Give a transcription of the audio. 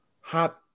Hot